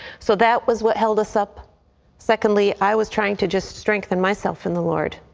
so that was what held us up secondly i was trying to just strengthen myself in the lord.